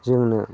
जोंनो